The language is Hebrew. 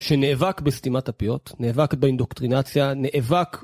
שנאבק בסתימת הפיות, נאבק באינדוקטרינציה, נאבק...